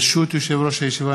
ברשות יושב-ראש הישיבה,